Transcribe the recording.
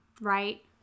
right